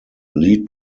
lead